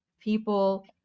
People